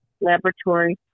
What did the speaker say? laboratory